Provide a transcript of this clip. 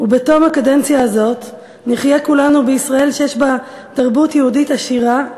ובתום הקדנציה הזאת נחיה כולנו בישראל שיש בה תרבות יהודית עשירה,